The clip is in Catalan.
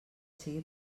sigui